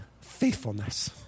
faithfulness